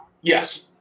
yes